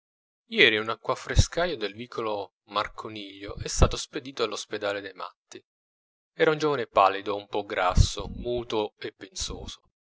ieri un acquafrescaio del vico marconiglio è stato spedito all'ospedale dei matti era un giovane pallido un po grasso muto e pensoso